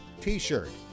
t-shirt